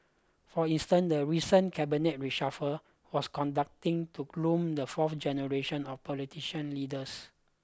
for instance the recent cabinet reshuffle was conducting to groom the fourth generation of politician leaders